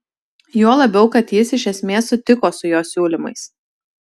juo labiau kad jis iš esmės sutiko su jo siūlymais